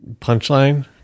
punchline